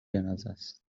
جنازهست